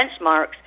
benchmarks